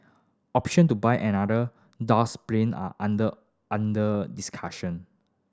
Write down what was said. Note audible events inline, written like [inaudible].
option to buy another [unintelligible] plane are under under discussion